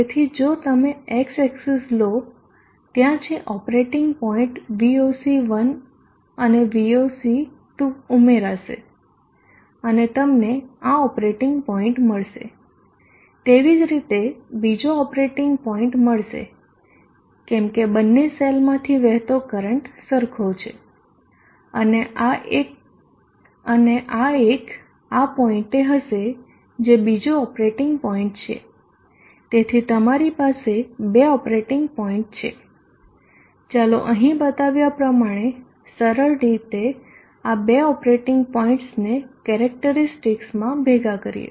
તેથી જો તમે x એક્સીસ લો ત્યાં છે ઓપરેટીંગ પોઇન્ટ Voc1 અને Voc2 ઉમેરશે અને તમને આ ઓપરેટીંગ પોઇન્ટ મળશે તેવી જ રીતે બીજો ઓપરેટીંગ પોઇન્ટ મળશે કેમ કે બંને સેલમાંથી વહેતો કરંટ સરખો છે આ એક આ પોઇન્ટે હશે જે બીજું ઓપરેટિંગ પોઈન્ટ છે તેથી તમારી પાસે બે ઓપરેટિંગ પોઇન્ટ છે ચાલો અહીં બતાવ્યા પ્રમાણે સરળ રીતે આ બે ઓપરેટિંગ પોઇન્ટ્સને કેરેક્ટરીસ્ટિકસમાં ભેગા કરીએ